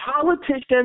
Politicians